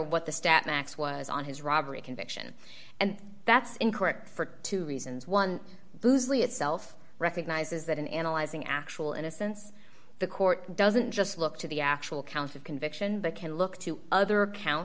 what the stat max was on his robbery conviction and that's incorrect for two reasons one bruce lee itself recognizes that in analyzing actual innocence the court doesn't just look to the actual counts of conviction but can look to other account